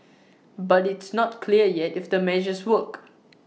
but it's not clear yet if the measures work